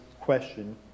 question